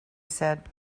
said